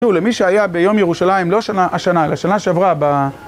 תראו, למי שהיה ביום ירושלים, לא השנה, אלא שנה שעברה ב...